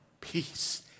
peace